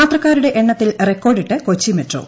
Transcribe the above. യാത്രക്കാരുടെ എണ്ണത്തിൽ റെക്കോഡിട്ട് കൊച്ചി മെട്രോ